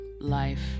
life